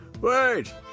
Wait